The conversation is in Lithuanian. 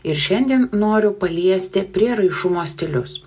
ir šiandien noriu paliesti prieraišumo stilius